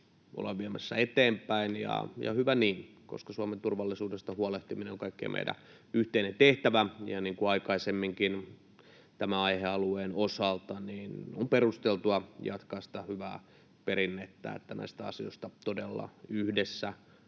ollaan viemässä eteenpäin, ja hyvä niin, koska Suomen turvallisuudesta huolehtiminen on kaikkien meidän yhteinen tehtävämme. Niin kuin aikaisemminkin tämän aihealueen osalta, on perusteltua jatkaa sitä hyvää perinnettä, että näistä asioista todella yhdessä